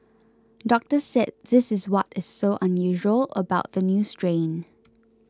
doctors said this is what is so unusual about the new strain